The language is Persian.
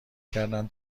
کردن